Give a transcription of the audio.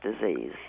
disease